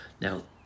Now